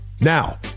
Now